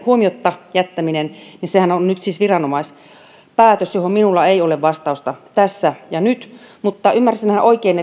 huomiotta jättäminen on nyt siis viranomaispäätös johon minulla ei ole vastausta tässä ja nyt mutta ymmärsinhän oikein